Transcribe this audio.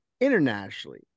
internationally